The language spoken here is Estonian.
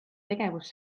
tegevus